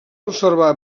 observar